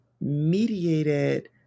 mediated